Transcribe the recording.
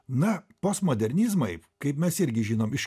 na postmodernizmai kaip mes irgi žinom iš